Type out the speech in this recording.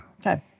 Okay